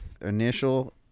initial